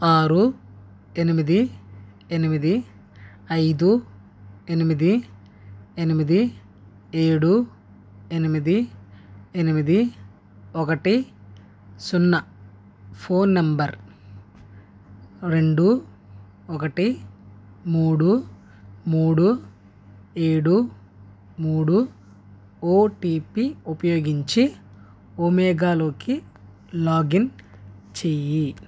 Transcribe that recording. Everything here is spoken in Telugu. ఆరు ఎనిమిది ఎనిమిది ఐదు ఎనిమిది ఎనిమిది ఏడు ఎనిమిది ఎనిమిది ఒకటి సున్నా ఫోన్ నంబర్ రెండు ఒకటి మూడు మూడు ఏడు మూడు ఓటిపి ఉపయోగించి ఒమేగాలోకి లాగిన్ చేయి